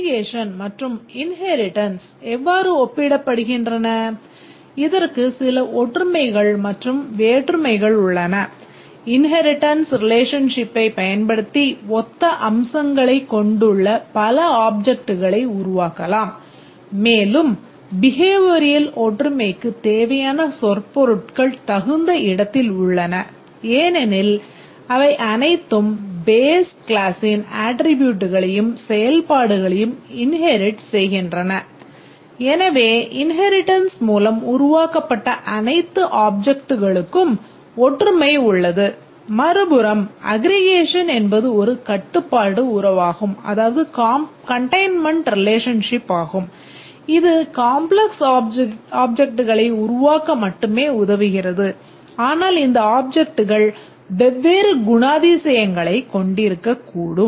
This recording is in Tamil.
அக்ரிகேஷன் மற்றும் இன்ஹேரிடன்ஸ் உருவாக்க மட்டுமே உதவுகிறது ஆனால் இந்த ஆப்ஜெக்ட்கள் வெவ்வேறு குணாதிசயங்களைக் கொண்டிருக்கக்கூடும்